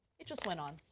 it just went on.